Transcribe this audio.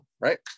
right